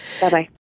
Bye-bye